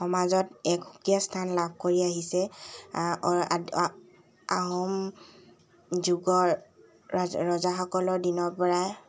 সমাজত এক সুকীয়া স্থান লাভ কৰি আহিছে আহোম যুগৰ ৰাজা ৰজাসকলৰ দিনৰপৰাই